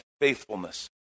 faithfulness